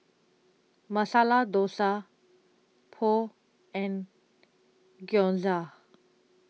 Masala Dosa Pho and Gyoza